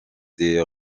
des